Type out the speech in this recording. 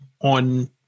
on